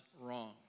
wrong